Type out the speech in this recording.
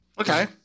Okay